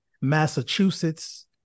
Massachusetts